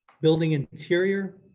building interior,